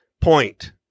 point